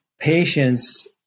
patients